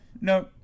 No